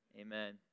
amen